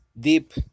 Deep